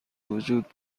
وجود